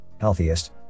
healthiest